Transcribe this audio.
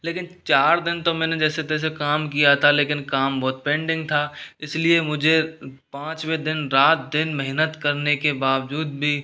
लेकिन चार दिन तो मैंने जैसे तैसे काम किया था लेकिन काम बहुत पेंडिंग था इसलिए मुझे पाँचवे दिन रात दिन मेहनत करने के बावजूद भी